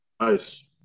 nice